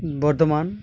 Bardhaman